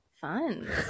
Fun